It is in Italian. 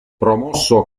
promosso